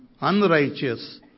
unrighteous